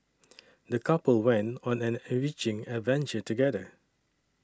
the couple went on an enriching adventure together